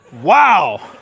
Wow